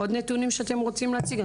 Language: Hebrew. עוד נתונים שאתם רוצים להציג?